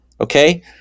okay